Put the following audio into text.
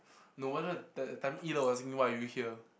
no wonder that time Ee Ler was asking why are you here